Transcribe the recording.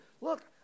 Look